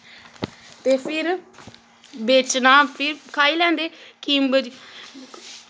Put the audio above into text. ते फिर बेचना फिर खाई लैंदे किम्ब